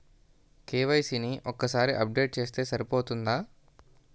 KYC ని ఒక్కసారి update చేస్తే సరిపోతుందా?